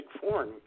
foreign